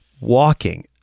walking